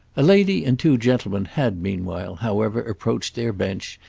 a lady and two gentlemen had meanwhile, however, approached their bench,